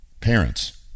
parents